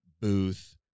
booth